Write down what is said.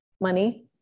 money